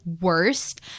worst